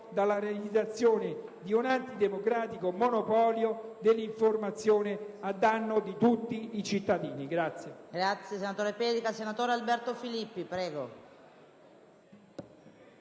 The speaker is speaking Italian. dalla realizzazione di un antidemocratico monopolio dell'informazione a danno di tutti i cittadini.